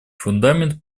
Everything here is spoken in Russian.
фундамент